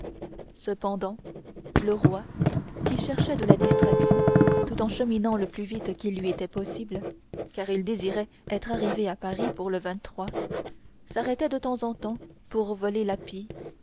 cependant le roi qui cherchait de la distraction tout en cheminant le plus vite qu'il lui était possible car il désirait être arrivé à paris pour le sarrêtait de temps en temps pour voler